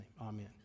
amen